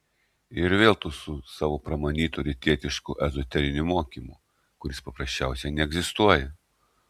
ir vėl tu su savo pramanytu rytietišku ezoteriniu mokymu kuris paprasčiausiai neegzistuoja